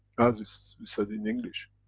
as we said in english.